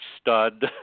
stud